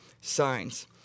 signs